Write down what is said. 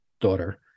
daughter